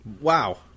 Wow